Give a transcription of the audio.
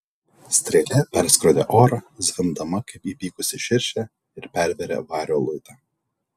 strėlė perskrodė orą zvimbdama kaip įpykusi širšė ir pervėrė vario luitą